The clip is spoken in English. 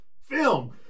film